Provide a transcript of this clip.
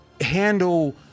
handle